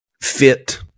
fit